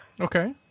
Okay